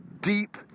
deep